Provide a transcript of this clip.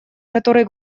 который